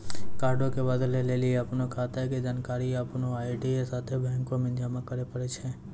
कार्डो के बदलै लेली अपनो खाता के जानकारी अपनो आई.डी साथे बैंको मे जमा करै पड़ै छै